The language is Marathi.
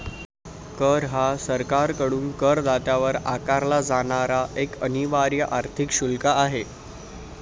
कर हा सरकारकडून करदात्यावर आकारला जाणारा एक अनिवार्य आर्थिक शुल्क आहे